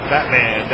Batman